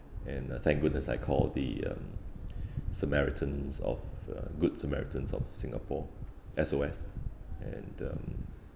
and uh thank goodness I called the um samaritans of uh good samaritans of Singapore S_O_S and um